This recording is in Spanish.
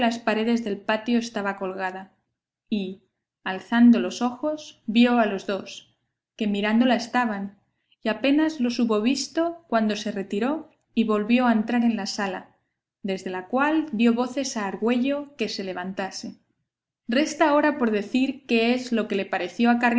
paredes del patio estaba colgada y alzando los ojos vio a los dos que mirándola estaban y apenas los hubo visto cuando se retiró y volvió a entrar en la sala desde la cual dio voces a argüello que se levantase resta ahora por decir qué es lo que le pareció